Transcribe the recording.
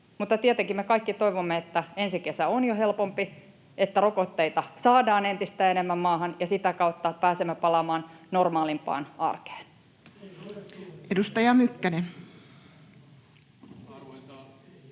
tietenkin me kaikki toivomme, että ensi kesä on jo helpompi, että rokotteita saadaan entistä enemmän maahan ja sitä kautta pääsemme palaamaan normaalimpaan arkeen. Edustaja Mykkänen.